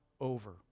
over